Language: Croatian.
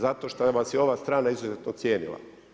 Zato što vas je ova strana izuzetno cijenila.